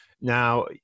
Now